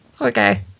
Okay